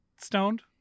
stoned